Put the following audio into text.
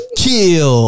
kill